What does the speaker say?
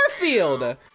Garfield